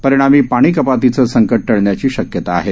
परिणामी पाणी कपातीचे संकट टळण्याची शक्यता आहे